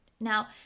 Now